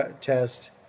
test